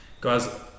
Guys